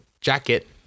jacket